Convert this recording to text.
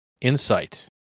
insight